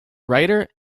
writer